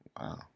Wow